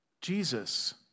Jesus